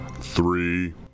three